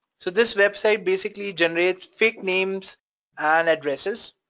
so this website, basically, generates fake names and addresses,